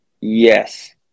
Yes